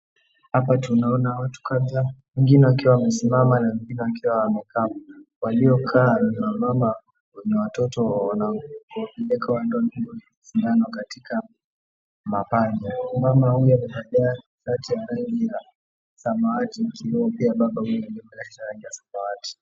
Hapa tunaona watu kadhaa, wengine wakiwa wamesimama na wengine wakiwa wamekaa. Waliokaa ni wamama wenye watoto wa kiume. Wamekaa ndoni mwao wamesimama katika mapanya. Mama huyo amevaa shati ya rangi ya samawati, ikiwa pia baba huyo amevaa shati ya rangi ya samawati.